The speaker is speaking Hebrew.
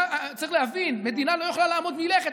צריך להבין, מדינה לא יכולה לעמוד מלכת.